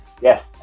Yes